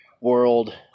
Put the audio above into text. world